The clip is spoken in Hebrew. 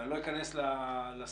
ואני לא אכנס לסיבות,